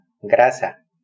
grasa